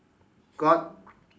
got